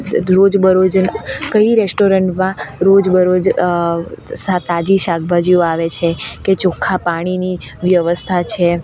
રોજ બરોજ કઈ રેસ્ટોરન્ટમાં રોજ બરોજ તાજી શાકભાજીઓ આવે છે કે ચોખ્ખાં પાણીની વ્યવસ્થા છે